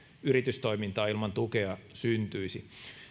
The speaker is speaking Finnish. yritystoimintaa ilman tukea syntyisi